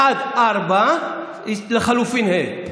סעיף 1, 4 לחלופין ה'.